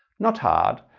not hard,